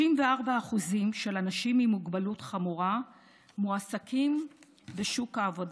34% של אנשים עם מוגבלות חמורה מועסקים בשוק העבודה.